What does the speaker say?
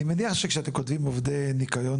אני מניח שכשאתם כותבים עובדי ניקיון